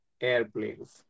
airplanes